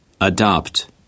Adopt